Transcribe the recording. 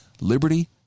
liberty